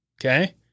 Okay